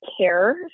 care